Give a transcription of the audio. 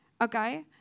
okay